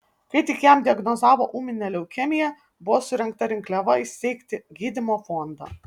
kai tik jam diagnozavo ūminę leukemiją buvo surengta rinkliava įsteigti gydymo fondą